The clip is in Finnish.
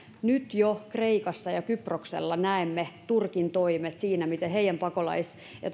nyt jo kreikassa ja kyproksella näemme turkin toimet siinä miten heidän pakolais ja